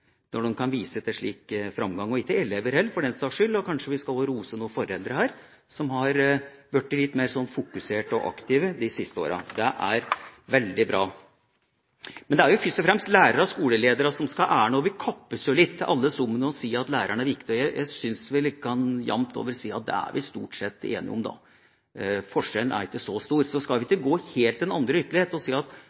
når de kan vise til slik framgang – ikke elever heller, for den saks skyld – og kanskje vi også skal rose noen foreldre her, som har blitt mer fokusert og aktive de siste åra. Det er veldig bra. Men det er jo først og fremst lærere og skoleledere som skal ha æren. Vi kappes jo litt alle sammen om å si at lærerne er viktige, og jeg syns vel at vi jamt over kan si at det er vi stort sett enige om. Forskjellen er ikke så stor. Så skal vi ikke gå helt til den andre ytterlighet og si at